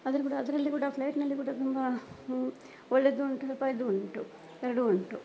ಆದರೂ ಕೂಡ ಅದರಲ್ಲಿ ಕೂಡ ಫ್ಲೈಟ್ನಲ್ಲಿ ಕೂಡ ತುಂಬ ಒಳ್ಳೆಯದೂ ಉಂಟು ಸ್ವಲ್ಪ ಇದೂ ಉಂಟು ಎರಡೂ ಉಂಟು